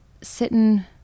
sitting